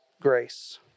grace